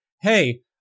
hey